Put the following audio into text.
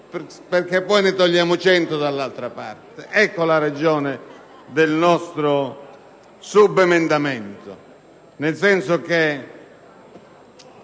perché poi ne togliamo 100 dall'altra parte. Ecco la ragione del nostro subemendamento,